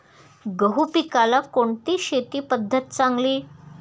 गहू पिकाला कोणती शेती पद्धत चांगली?